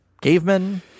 cavemen